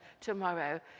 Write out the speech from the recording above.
tomorrow